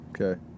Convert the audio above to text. okay